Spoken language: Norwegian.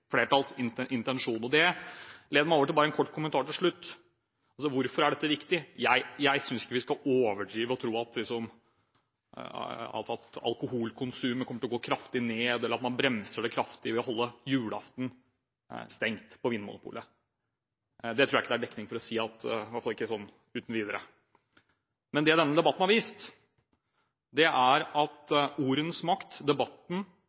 intensjon. Det leder meg over til en kort kommentar til slutt. Hvorfor er dette viktig? Jeg synes ikke vi skal overdrive og tro at alkoholkonsumet kommer til å gå kraftig ned eller at man bremser det kraftig ved å holde Vinmonopolet stengt julaften. Det tror jeg ikke det er dekning for å si – i alle fall ikke uten videre. Det denne debatten har vist, er at ordenes makt, debatten